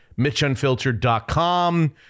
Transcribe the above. MitchUnfiltered.com